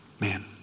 Man